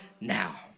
now